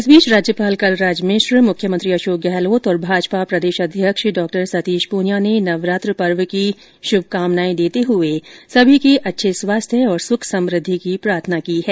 इस बीच राज्यपाल कलराज मिश्र मुख्यमंत्री अशोक गहलोत और भाजपा प्रदेशाध्यक्ष डॉ सतीश पूनियां ने नवरात्र पर्व की श्भकामनाए देते हुए सभी के अच्छे स्वास्थ्य और सुख समृद्धि की प्रार्थना की है